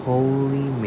Holy